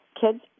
kids